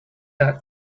that